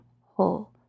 whole